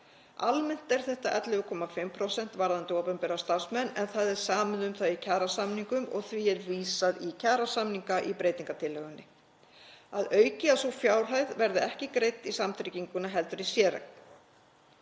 Almennt er þetta 11,5% varðandi opinbera starfsmenn en það er samið um það í kjarasamningum og því er vísað í kjarasamninga í breytingartillögunni, að auki að sú fjárhæð verði ekki greidd í samtryggingunni heldur í séreign.